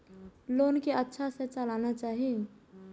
Loan के अच्छा से चलाना चाहि?